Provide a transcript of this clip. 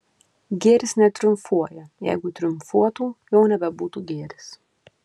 gėris netriumfuoja jeigu triumfuotų jau nebebūtų gėris